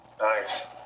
Nice